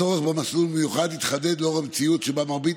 הצורך במסלול מיוחד התחדד לאור המציאות שבה מרבית